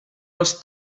als